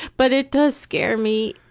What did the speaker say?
but it does scare me,